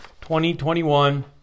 2021